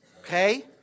Okay